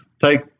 Take